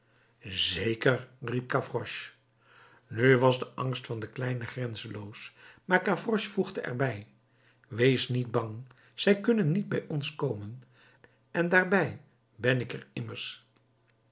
zeker riep gavroche nu was de angst van den kleine grenzenloos maar gavroche voegde er bij wees niet bang zij kunnen niet bij ons komen en daarbij ben ik er immers